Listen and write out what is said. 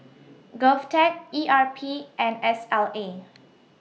Govtech E R P and S L A